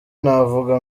navuga